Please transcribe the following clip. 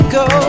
go